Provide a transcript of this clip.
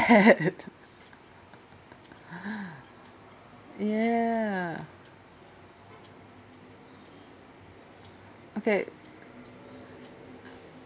ya okay